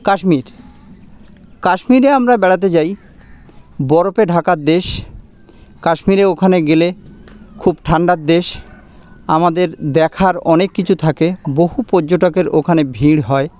কাশ্মীর কাশ্মীরে আমরা বেড়াতে যাই বরফে ঢাকা দেশ কাশ্মীরে ওখানে গেলে খুব ঠান্ডার দেশ আমাদের দেখার অনেক কিছু থাকে বহু পর্যটকের ওখানে ভিড় হয়